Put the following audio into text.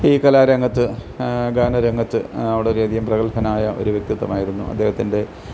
ഈ കലാരംഗത്ത് ഗാനരംഗത്ത് വളരെയധികം പ്രഗൽഭനായ ഒരു വ്യക്തിത്വമായിരുന്നു അദ്ദേഹത്തിൻ്റെ